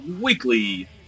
weekly